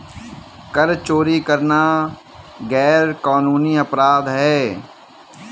कर चोरी करना गैरकानूनी अपराध है